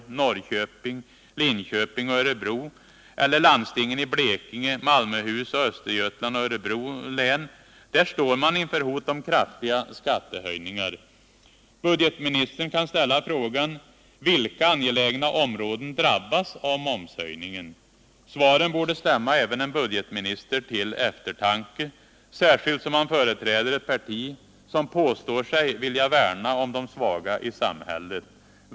Norrköping, Linköping och Örebro eller landstingen i Blekinge, Malmöhus, Östergötlands och Örebro län. Där står man inför hot om kraftiga skattehöjningar. Budgetministern kan ställa frågan: Vilka angelägna områden drabbas av momshöjningen? Svaren borde stämma även en budgetminister till eftertanke, särskilt som han företräder ett parti som påstår sig vilja värna om de svaga i samhället.